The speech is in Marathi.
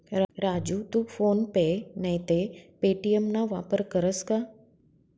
राजू तू फोन पे नैते पे.टी.एम ना वापर करस का?